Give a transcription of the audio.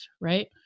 right